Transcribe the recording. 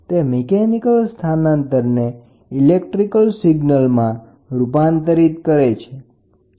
તે મિકેનિકલ સ્થાનાંતર ને ઈલેક્ટ્રિકલ સિગ્નલમાં રૂપાંતરિત કરે છે